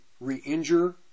re-injure